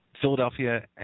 Philadelphia